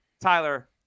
tyler